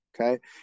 Okay